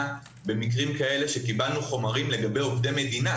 במקרים כאלה שקיבלנו חומרים לגבי עובדי מדינה